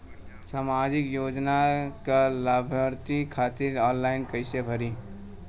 सामाजिक योजना क लाभान्वित खातिर ऑनलाइन कईसे होई?